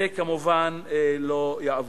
זה כמובן לא יעבוד.